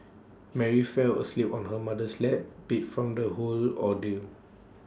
Mary fell asleep on her mother's lap beat from the whole ordeal